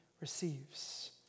receives